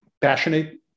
passionate